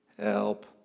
Help